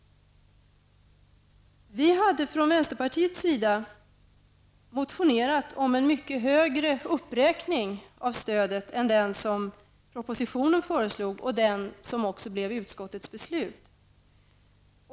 Vi hade från vänsterpartiets sida motionerat om en mycket högre uppräkning av stödet än den som propositionen föreslog och den som också blev utskottets beslut.